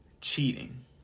cheating